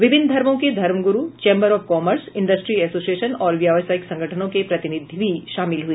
विभिन्न धर्मो के धर्मग्रू chamber of commerce industry association और व्यावसायिक संगठनों के प्रतिनिधि भी शामिल हुए